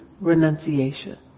renunciation